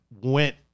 went